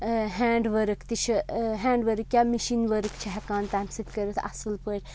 hand work تہِ چھِ hand work کیٛاہ مِشیٖن ؤرٕک چھِ ہیٚکان تَمہِ سۭتۍ کٔرِتھ اَصٕل پٲٹھۍ